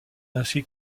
ainsi